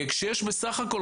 בסך הכול,